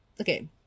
okay